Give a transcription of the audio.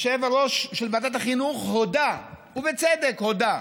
היושב-ראש של ועדת החינוך הודה, ובצדק הודה,